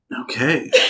Okay